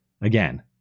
again